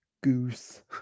goose